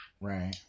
Right